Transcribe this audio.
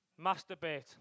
masturbate